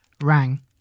rang